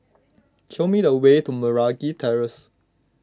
show me the way to Meragi Terrace